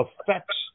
affects